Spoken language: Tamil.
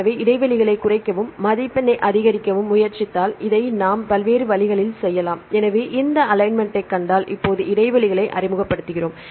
எனவே இடைவெளிகளைக் குறைக்கவும் மதிப்பெண்ணை அதிகரிக்கவும் முயற்சித்தால் இதை நாம் பல்வேறு வழிகளில் செய்யலாம் எனவே இந்த அலைன்மென்ட்டைக் கண்டால் இப்போது இடைவெளிகளை அறிமுகப்படுத்துகிறோம்